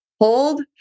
hold